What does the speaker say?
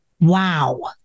Wow